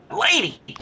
Lady